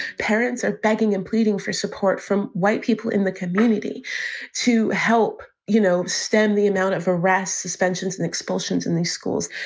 parents are begging and pleading for support from white people in the community to help, you know, send the amount of arrests, suspensions and expulsions in these schools.